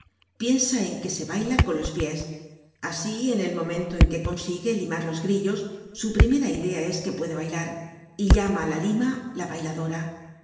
piensa en que se baila con los pies asi en el momento en que consigue limar los grillos su primera idea es que puede bailar y llama á la lima la bailadora